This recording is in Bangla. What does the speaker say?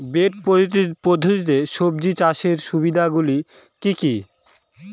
বেড পদ্ধতিতে সবজি চাষের সুবিধাগুলি কি কি?